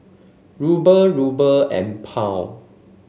Ruble Ruble and Pound